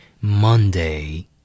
Monday